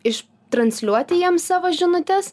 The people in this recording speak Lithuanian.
iš transliuoti jiem savo žinutes